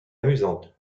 amusante